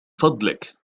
فضلك